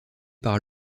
par